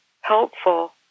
helpful